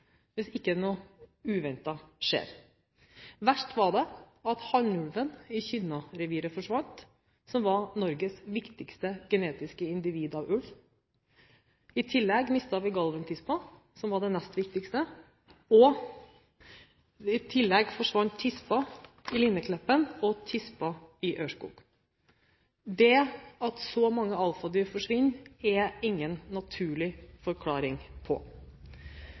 hvis ikke noe uventet skjer. Verst var det at hannulven i Kynna-reviret, som var Norges viktigste genetiske individ av ulv, forsvant. Vi mistet Galven-tispa, som var den nest viktigste, og i tillegg forsvant tispa i Linnekleppen og tispa i Aurskog. Det er ingen naturlig forklaring på at så mange alfadyr forsvinner. Jeg er